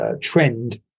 trend